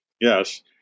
Yes